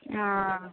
हँ